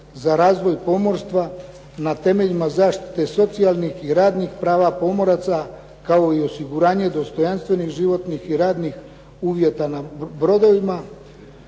za razvoj pomorstva na temeljima zaštite socijalnih i radnih prava pomoraca kao i osiguranje dostojanstvenih životnih i radnih uvjeta na brodovima.